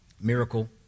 miracle